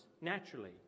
naturally